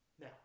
Now